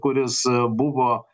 kuris buvo